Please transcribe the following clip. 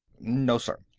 no, sir.